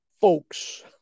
folks